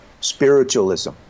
spiritualism